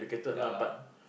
ya lah